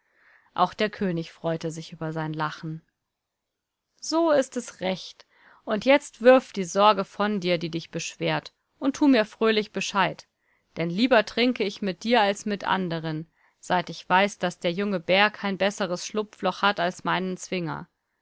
auch der könig freute sich über sein lachen so ist es recht und jetzt wirf die sorge von dir die dich beschwert und tu mir fröhlich bescheid denn lieber trinke ich mit dir als mit anderen seit ich weiß daß der junge bär kein besseres schlupfloch hat als meinen zwinger